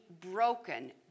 broken